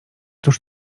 cóż